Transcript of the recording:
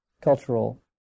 cultural